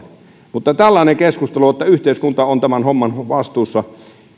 vain tällainen keskustelu että yhteiskunta on tästä hommasta vastuussa